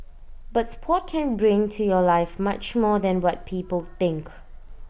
but Sport can bring to your life much more than what people think